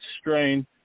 strain